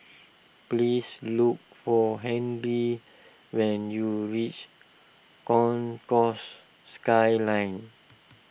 please look for Henry when you reach Concourse Skyline